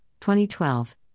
2012